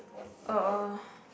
uh